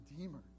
redeemer